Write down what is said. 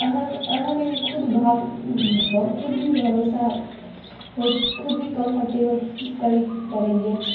अहाँकेँ अहाँकेँ भी खुद खुद भी भरोसा हैत खुद भी कम्फर्टेबल करै पड़ै अछि